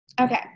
okay